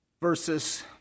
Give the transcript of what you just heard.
versus